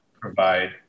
provide